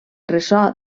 ressò